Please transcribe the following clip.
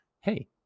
hey